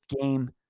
game